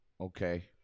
Okay